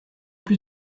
plus